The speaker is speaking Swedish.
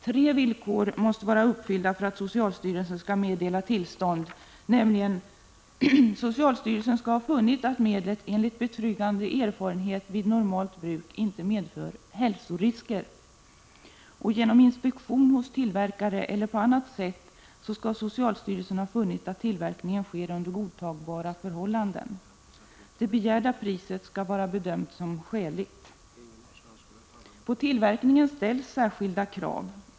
Tre villkor måste vara uppfyllda för att socialstyrelsen skall meddela tillstånd, nämligen att —- socialstyrelsen skall ha funnit att medlet enligt betryggande erfarenhet vid normalt bruk inte medför hälsorisker, = genom inspektion hos tillverkare eller på annat sätt skall socialstyrelsen ha funnit att tillverkningen sker under godtagbara förhållanden, På tillverkningen ställs särskilda krav.